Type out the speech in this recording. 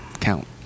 count